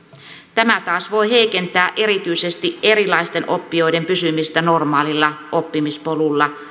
tämä taas voi heikentää erityisesti erilaisten oppijoiden pysymistä normaalilla oppimispolulla